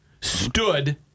stood